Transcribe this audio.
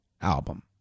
album